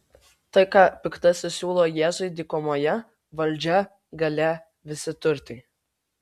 tai ką piktasis siūlo jėzui dykumoje valdžia galia visi turtai